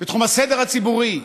בתחום הסדר הציבורי.